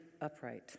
upright